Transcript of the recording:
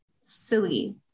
silly